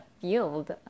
field